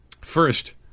First